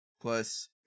plus